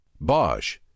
Bosch